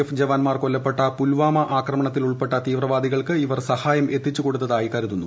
F ജവാന്മാർ കൊല്ലപ്പെട്ട പുൽവാമ ആക്രമണത്തിൽ ഉൾപ്പെട്ട തീവ്രവാദികൾക്ക് ഇവർ സഹായം എത്തിച്ചുകൊടുത്തതായി കരുതുന്നു